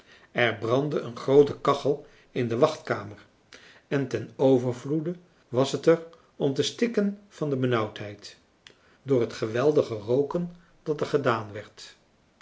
er brandde een groote kachel in de wachtkamer en ten overvloede was het er om te stikken van de benauwdheid door het geweldige rooken dat er gedaan werd